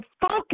focus